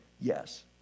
yes